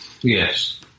Yes